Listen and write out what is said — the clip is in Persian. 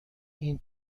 این